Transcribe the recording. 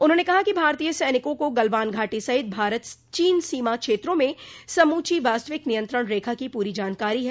उन्होंने कहा कि भारतीय सैनिकों को गलवान घाटी सहित भारत चीन सीमा क्षेत्रों में समूची वास्तविक नियंत्रण रेखा की पूरी जानकारी है